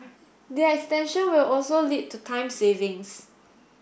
the extension will also lead to time savings